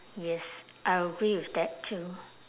yes I agree with that too